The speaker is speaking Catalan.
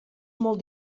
molt